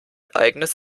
eigenes